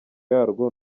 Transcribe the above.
yarwo